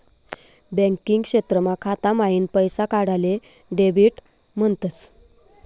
banking क्षेत्रमा खाता माईन पैसा काढाले डेबिट म्हणतस